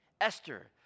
Esther